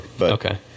Okay